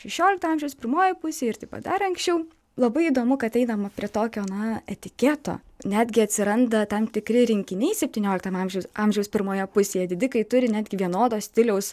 šešiolikto amžiaus pirmojoj pusėj ir taip pat dar anksčiau labai įdomu kad einama prie tokio na etiketo netgi atsiranda tam tikri rinkiniai septynioliktam amžiuj amžiaus pirmoje pusėje didikai turi netgi vienodo stiliaus